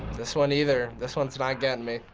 this one either. this one's not getting me.